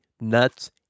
nuts